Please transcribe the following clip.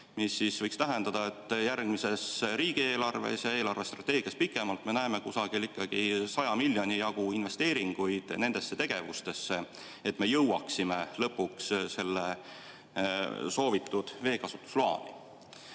See võiks tähendada, et järgmises riigieelarves ja pikemalt eelarvestrateegias me näeme ikkagi 100 miljoni jagu investeeringuid nendesse tegevustesse, et me jõuaksime lõpuks selle soovitud veekasutusloani.